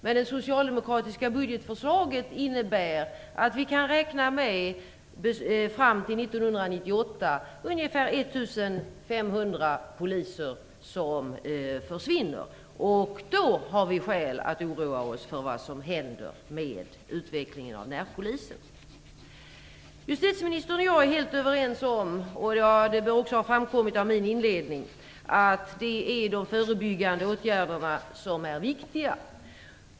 Men det socialdemokratiska budgetförslaget innebär att vi fram till 1998 kan räkna med att 1 500 poliser försvinner. Då finns det skäl att oroa sig för vad som händer med utvecklingen av närpolisen. Justitieministern och jag är helt överens om, vilket också borde ha framkommit av min inledning, att det är de förebyggande åtgärderna som är viktiga.